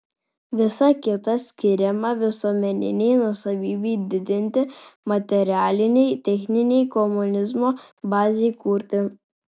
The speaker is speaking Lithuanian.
visa kita skiriama visuomeninei nuosavybei didinti materialinei techninei komunizmo bazei kurti